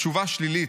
התשובה שלילית.